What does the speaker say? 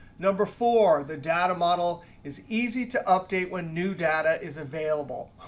number four, the data model is easy to update when new data is available.